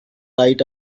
right